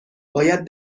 باید